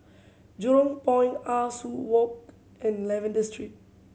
Jurong Point Ah Soo Walk and Lavender Street